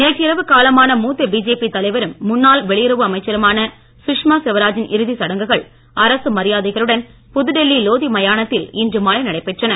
நேற்று இரவு காலமான மூத்த பிஜேபி தலைவரும் முன்னாள் வெளியுறவு அமைச்சருமான சுஷ்மா சுவராஜின் இறுதிச் சடங்குகள் புதுடெல்லி லோதி மயானத்தில் இன்று மாலை நடைபெற்றன